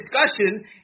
discussion